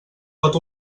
pot